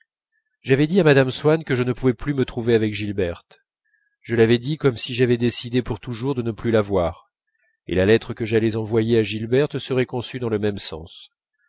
j'avais dit à mme swann que je ne pouvais plus me trouver avec gilberte je l'avais dit comme si j'avais décidé pour toujours de ne plus la voir et la lettre que j'allais envoyer à gilberte serait conçue dans le même sens